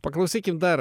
paklausykim dar